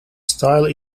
style